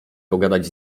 pogadać